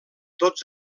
tots